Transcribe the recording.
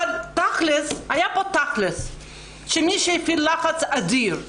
אבל תכלס' היה פה תכלס' שמי שהפעיל לחץ אדיר בקואליציה,